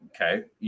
okay